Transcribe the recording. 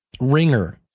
ringer